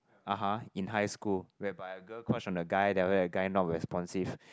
(uh huh) in high school whereby a girl crush on a guy then after that the guy not responsive